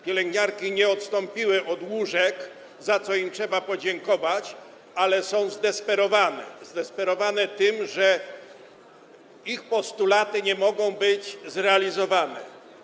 Pielęgniarki nie odstąpiły od łóżek, za co im trzeba podziękować, ale są zdesperowane z tego powodu, że ich postulaty nie mogą być zrealizowane.